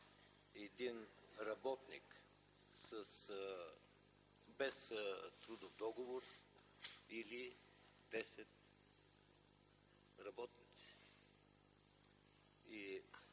фирма работник без трудов договор, или 10 работника.